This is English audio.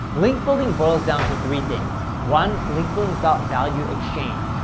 link building boils down to three things. one, link building's about value exchange.